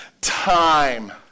time